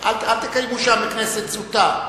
אל תקיימו שם כנסת זוטא.